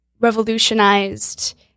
revolutionized